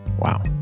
Wow